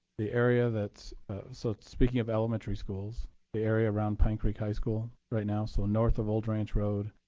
the area that's so it's speaking of elementary schools the area around pine creek high school right now so north of old ranch road,